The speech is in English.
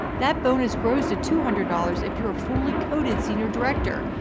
that bonus grows to two hundred dollars if you're a fully coded senior director.